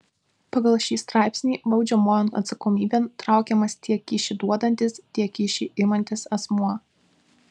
pagal šį straipsnį baudžiamojon atsakomybėn traukiamas tiek kyšį duodantis tiek kyšį imantis asmuo